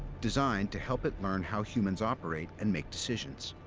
designed to help it learn how humans operate and make decisions,